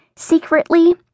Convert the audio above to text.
Secretly